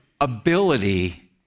ability